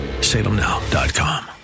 Salemnow.com